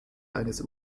eines